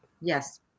Yes